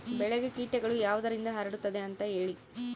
ಬೆಳೆಗೆ ಕೇಟಗಳು ಯಾವುದರಿಂದ ಹರಡುತ್ತದೆ ಅಂತಾ ಹೇಳಿ?